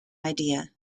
idea